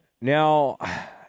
Now